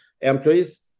Employees